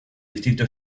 distrito